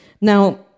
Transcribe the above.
Now